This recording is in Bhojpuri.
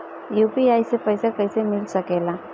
यू.पी.आई से पइसा कईसे मिल सके ला?